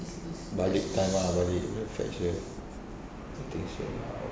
balik time ah balik fetch her tuition